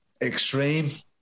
extreme